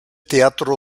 teatro